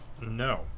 no